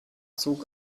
zog